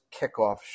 kickoff